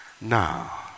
now